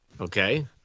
Okay